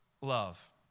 love